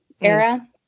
era